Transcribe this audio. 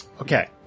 Okay